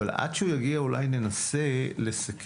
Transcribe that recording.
אבל עד שהוא יגיע אולי ננסה לסכם.